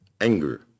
Anger